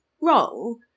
wrong